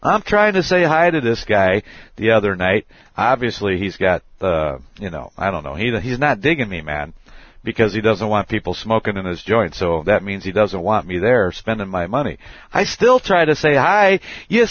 i'm trying to say hi to this guy the other night obviously he's got you know i don't know he's a he's not digging me man because he doesn't want people smoking in his joints so that means he doesn't want me there spending my money i still try to say hi yes